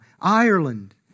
Ireland